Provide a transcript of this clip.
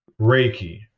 Reiki